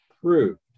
proved